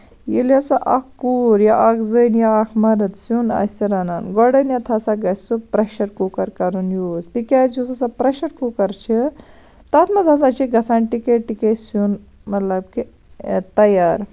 ییٚلہِ ہسا اکھ کوٗر یا اکھ زٔنۍ یا اکھ مَرٕد سیُن آسہِ رَنان گۄڈٕنیتھ ہسا گژھِ سُہ پریشَر کُکَر کَرُن یوٗز تِکیازِ یُس ہسا پریشَر کُکَر چھُ تَتھ منٛز ہا چھُ گژھان ٹِکے ٹِکے سیُن مطلب کہِ تَیار